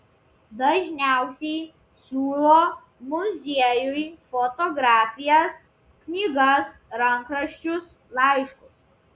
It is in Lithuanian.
dažniausiai siūlo muziejui fotografijas knygas rankraščius laiškus